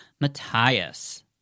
Matthias